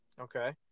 Okay